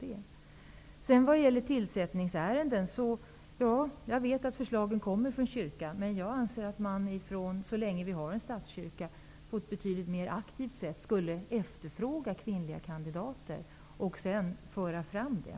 Jag vet att förslagen i tillsättningsärenden kommer från kyrkan. Men jag anser att man så länge vi har en statskyrka bör på ett betydligt mer aktivt sätt efterfråga kvinnliga kandidater och föra fram dem.